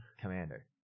commander